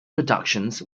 productions